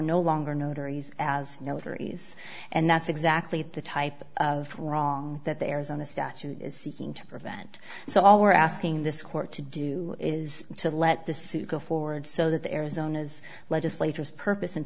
no longer notaries as notaries and that's exactly the type of wrong that the arizona statute is seeking to prevent so all we're asking this court to do is to let this suit go forward so that the arizona's legislature is purpose